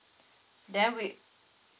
then we